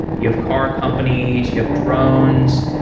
you have car companies, you have drones.